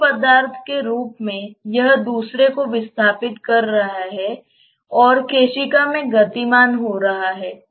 तरल पदार्थ के रूप में यह दूसरे को विस्थापित कर रहा है और केशिका में गतिमान हो रहा है